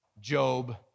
Job